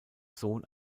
sohn